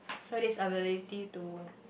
so this ability to